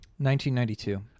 1992